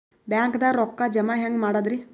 ಬ್ಯಾಂಕ್ದಾಗ ರೊಕ್ಕ ಜಮ ಹೆಂಗ್ ಮಾಡದ್ರಿ?